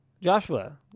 Joshua